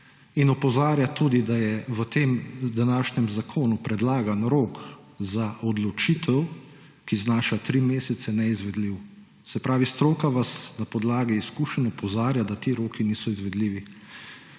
opozarja, da je v tem današnjem zakonu predlagani rok za odločitev, ki znaša tri mesece, neizvedljiv. Se pravi, stroka vas na podlagi izkušenj opozarja, da ti roki niso izvedljivi.